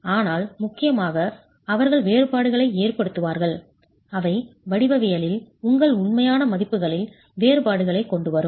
ஆனால் முக்கியமாக அவர்கள் வேறுபாடுகளை ஏற்படுத்துவார்கள் அவை வடிவவியலில் உங்கள் உண்மையான மதிப்புகளில் வேறுபாடுகளைக் கொண்டு வரும்